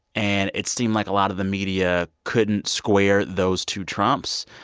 and it seemed like a lot of the media couldn't square those two trumps.